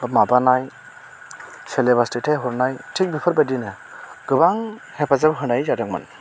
बा माबानाय सेलेबास दैथाय हरनाय थिग बेफोरबायदिनो गोबां हेफाजाब होनाय जादोंमोन